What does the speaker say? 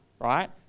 right